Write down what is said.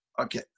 Okay